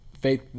faith